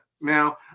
Now